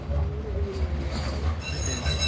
i remember reading an interview. okay,